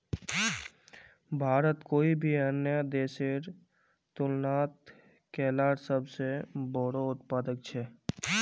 भारत कोई भी अन्य देशेर तुलनात केलार सबसे बोड़ो उत्पादक छे